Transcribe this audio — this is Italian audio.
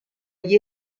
gli